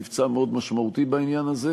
נשכח את הקורבן העצום שהם ומשפחתם נשאו